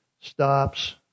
stops